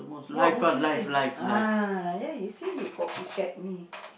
what would you save ah there you see you copycat me